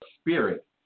spirit